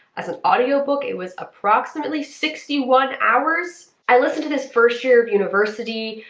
as an audiobook, it was approximately sixty one hours. i listened to this first year of university.